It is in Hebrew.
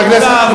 חבר הכנסת,